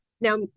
Now